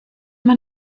man